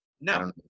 no